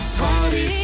party